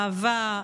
אהבה,